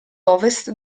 ovest